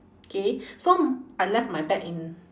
K so I left my bag in